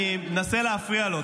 אני מנסה להפריע לו,